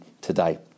today